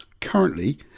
currently